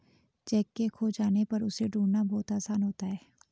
cheque के खो जाने पर उसे ढूंढ़ना बहुत आसान होता है